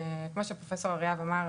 כמו שפרופסור ירום אריאב אמר,